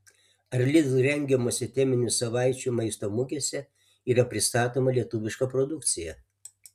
ar lidl rengiamose teminių savaičių maisto mugėse yra pristatoma lietuviška produkcija